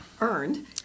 earned